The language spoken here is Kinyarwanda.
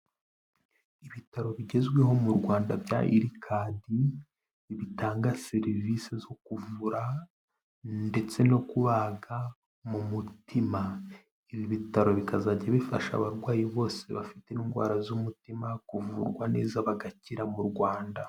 Ibitaro bigezweho mu Rwanda bya ilcad bitanga serivisi zo kuvura ndetse no kubaga mu mutima. Ibi bitaro bikazajya bifasha abarwayi bose bafite indwara z'umutima kuvurwa neza bagakira mu Rwanda.